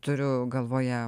turiu galvoje